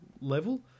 level